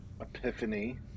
Epiphany